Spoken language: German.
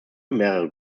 mehrere